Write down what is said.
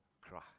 cry